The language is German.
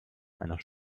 einer